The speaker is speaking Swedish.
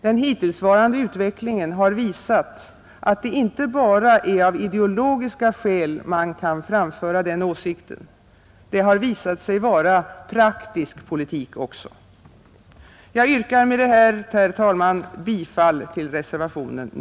Den hittillsvarande utvecklingen har visat att det inte bara är av ideologiska skäl man kan framföra den åsikten; det har visat sig vara praktisk politik också. Jag yrkar med detta, herr talman, bifall till reservationen.